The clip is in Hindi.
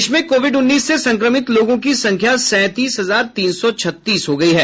देश में कोविड उन्नीस से संक्रमित लोगों की संख्या सैंतीस हजार तीन सौ छत्तीस हो गई है